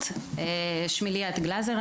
שמי ליאת גלזר,